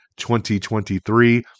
2023